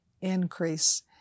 increase